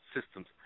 systems